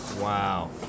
Wow